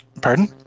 Pardon